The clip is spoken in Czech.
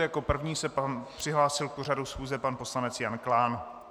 Jako první se přihlásil k pořadu schůze pan poslanec Jan Klán.